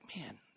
man